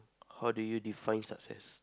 how do you define success